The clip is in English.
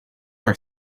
are